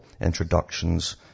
introductions